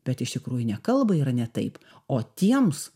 bet iš tikrųjų ne kalbai yra ne taip o tiems